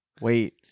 wait